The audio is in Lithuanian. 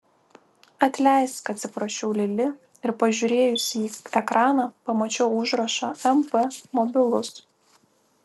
atleisk atsiprašiau lili ir pažiūrėjusi į ekraną pamačiau užrašą mp mobilus